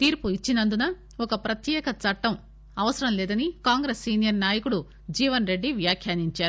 తీర్పు ఇచ్చినందున ఒక ప్రత్యేక చట్టం అవసరంలేదని కాంగ్రెస్ సీనియర్ నాయకుడు జీవన్ రెడ్డి వ్యాఖ్యానించారు